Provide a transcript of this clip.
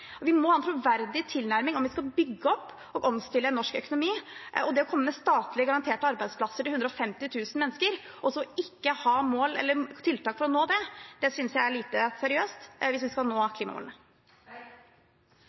Vi må ha en troverdig tilnærming om vi skal bygge opp og omstille norsk økonomi. Det å komme med statlig garanterte arbeidsplasser til 150 000 mennesker, og ikke ha tiltak for å nå det, synes jeg er lite seriøst hvis vi skal nå